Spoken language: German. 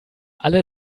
alle